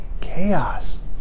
chaos